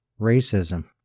Racism